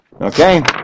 Okay